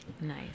Nice